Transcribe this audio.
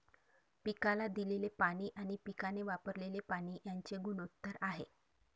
पिकाला दिलेले पाणी आणि पिकाने वापरलेले पाणी यांचे गुणोत्तर आहे